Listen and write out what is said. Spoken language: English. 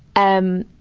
um.